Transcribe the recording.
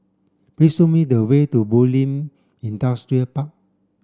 please show me the way to Bulim Industrial Park